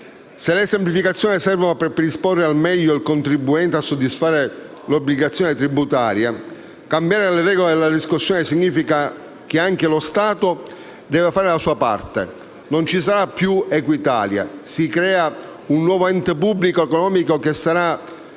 Se le semplificazioni servono per predisporre al meglio il contribuente a soddisfare l'obbligazione tributaria, cambiare le regole della riscossione significa che anche lo Stato deve fare la sua parte. Non ci sarà più Equitalia, si crea un nuovo ente pubblico economico che sarà